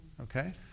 Okay